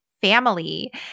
family